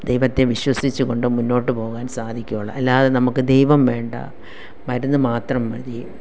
ദൈവത്തെ വിശ്വസിച്ച് കൊണ്ട് മുന്നോട്ട് പോവാൻ സാധിക്കുകയുള്ളൂ അല്ലാതെ നമുക്ക് ദൈവം വേണ്ട മരുന്ന് മാത്രം മതി